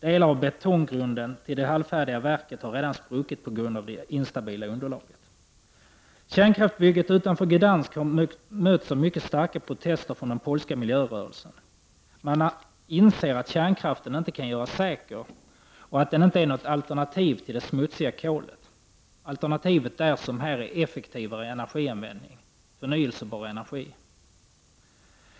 Delar av betonggrunden till det halvfärdiga verket har redan spruckit på grund av det instabila underlaget. Kärnkraftsbygget utanför Gdansk har mötts av mycket starka protester från den polska miljörörelsen. Man inser att kärnkraften inte kan göras säker och att den inte är något alternativ till det smutsiga kolet. Alternativet där, som här, är effektivare energianvändning och förnyelsebar energi.